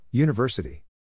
University